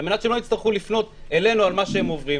על מנת שהם לא יצטרכו לפנות אלינו על מה שהם עוברים,